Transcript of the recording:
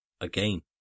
Again